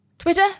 Twitter